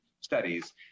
studies